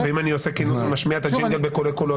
אם אני עושה כינוס ומשמיע את הג'ינגל בקולי קולות?